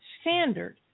standard